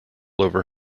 over